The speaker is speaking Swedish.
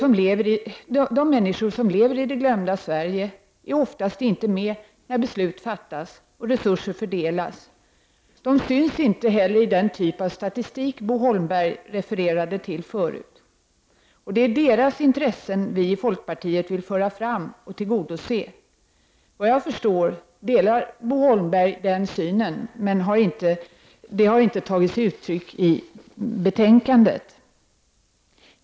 De människor som lever i ”det glömda Sverige”, är oftast inte med när beslut fattas och resurser fördelas. De syns inte heller i den typ av statistik som Bo Holmberg tidigare refererade till. Det är deras intressen vi i folkpartiet vill föra fram och tillgodose. Såvitt jag förstår delar Bo Holmberg denna syn, men det har inte tagit sig uttryck i betänkandet.